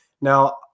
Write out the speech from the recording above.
Now